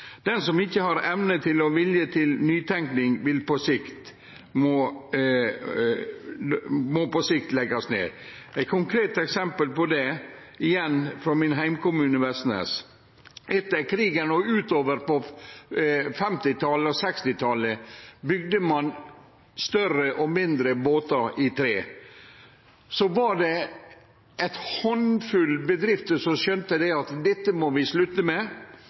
som ikkje har evne og vilje til nytenking, må på sikt leggjast ned. Eg har eit konkret eksempel på det, igjen frå min heimkommune, Vestnes: Etter krigen og utover på 1950- og 1960-talet bygde ein større og mindre båtar av tre. Så skjønte ein handfull bedrifter at dei måtte slutte med det